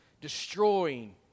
destroying